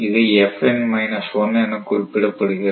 இது என குறிப்பிடப்படுகிறது